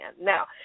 Now